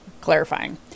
clarifying